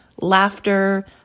laughter